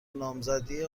نامزدی